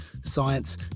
science